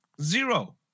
Zero